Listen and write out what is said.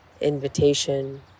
invitation